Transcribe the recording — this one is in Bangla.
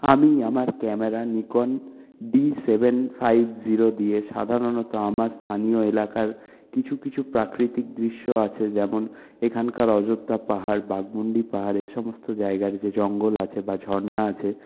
আমি আমার camera Nikon D seven five zero দিয়ে সাধারণত আমার স্থানীয় এলাকার কিছু কিছু প্রাকৃতিক দৃশ্য আছে যেমন এখানকার অযোধ্যা পাহাড় বাঘমুন্ডি পাহাড় এই সমস্ত জায়গার যে জঙ্গল আছে বা ঝরনা আছে